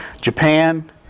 Japan